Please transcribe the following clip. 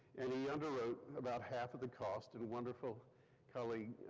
and he underwrote about half of the cost and wonderful colleague,